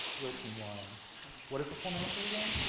your team, lauren. what is the full name for your game?